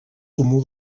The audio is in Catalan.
comú